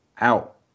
out